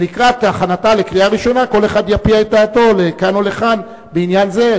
ולקראת הכנתה לקריאה הראשונה כל אחד יביע את דעתו לכאן ולכאן בעניין זה,